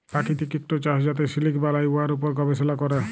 পাকিতিক ইকট চাষ যাতে সিলিক বালাই, উয়ার উপর গবেষলা ক্যরে